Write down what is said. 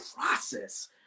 process